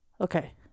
Okay